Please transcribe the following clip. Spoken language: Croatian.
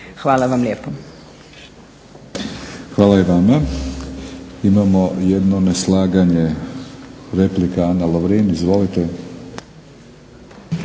Milorad (HNS)** Hvala i vama. Imamo jedno neslaganje. Replika Ana Lovrin, izvolite.